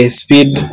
speed